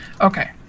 okay